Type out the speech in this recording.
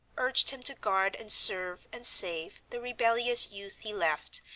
urged him to guard and serve and save the rebellious youth he left,